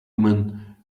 woman